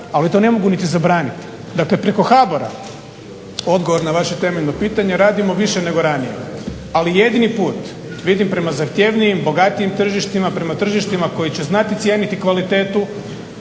ali to ne mogu niti zabraniti. Dakle, preko HBOR-a odgovor na vaše temeljno pitanje radimo više nego ranije. Ali jedini put vidim prema zahtjevnijim, bogatijim tržištima, prema tržištima koji će znati cijeniti kvalitetu,